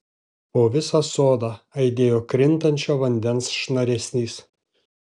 po visą sodą aidėjo krintančio vandens šnaresys